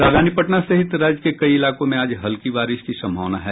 राजधानी पटना सहित राज्य के कई इलाकों में आज हल्की बारिश की सम्भावना है